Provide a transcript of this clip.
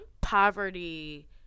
poverty